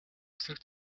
эсрэг